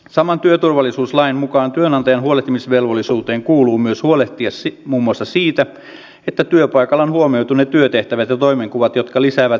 saman työturvallisuuslain mukaan työnantajan huolehtimisvelvollisuuteen kuuluu myös huolehtia muun muassa siitä että työpaikalla on huomioitu ne työtehtävät ja toimenkuvat jotka lisäävät väkivallan uhkaa